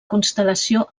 constel·lació